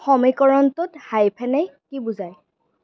সমীকৰণটোত হাইফেনে কি বুজায়